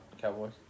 Cowboys